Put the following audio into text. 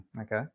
Okay